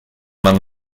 man